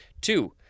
Two